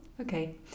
okay